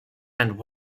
and